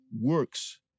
works